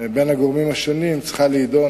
בין הגורמים השונים צריכה להידון